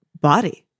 body